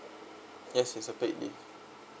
yes it's a paid leave